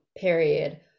period